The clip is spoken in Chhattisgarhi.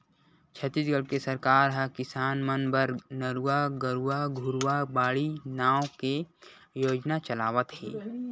छत्तीसगढ़ के सरकार ह किसान मन बर नरूवा, गरूवा, घुरूवा, बाड़ी नांव के योजना चलावत हे